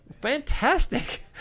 fantastic